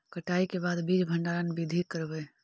कटाई के बाद बीज भंडारन बीधी करबय?